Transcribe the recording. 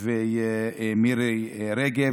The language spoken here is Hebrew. ומרים רגב ומירי רגב,